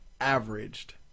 averaged